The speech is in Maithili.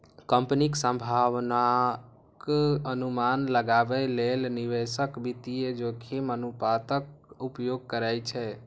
कंपनीक संभावनाक अनुमान लगाबै लेल निवेशक वित्तीय जोखिम अनुपातक उपयोग करै छै